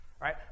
right